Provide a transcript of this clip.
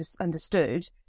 understood